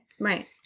Right